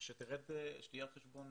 שתהיה על חשבון